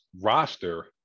roster